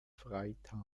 freital